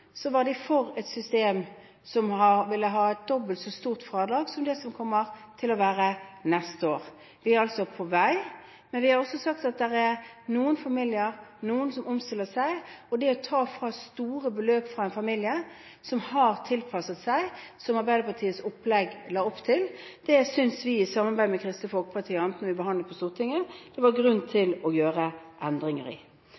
var man for et system som ville gi et dobbelt så stort fradrag som det kommer til å være neste år. Vi er altså på vei. Men vi har også sagt at det er noen familier som omstiller seg, og det å ta store beløp fra en familie som har tilpasset seg, som Arbeiderpartiets opplegg la opp til, synes vi i samarbeid med Kristelig Folkeparti det var grunn til å gjøre endringer i. Så er det viktig å ha målrettede tiltak for å få flere innvandrerkvinner ut i